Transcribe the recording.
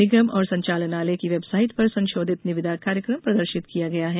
निगम और संचालनालय की वेबसाइट पर संशोधित निविदा कार्यक्रम प्रदर्शित किया गया है